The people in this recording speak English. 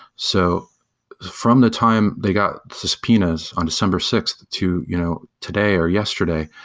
so from the time they got subpoenas on december sixth to you know today or yesterday,